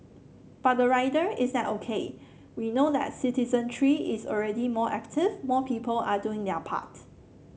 but the rider is that O K we know that citizenry is already more active more people are doing their part